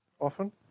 often